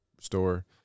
store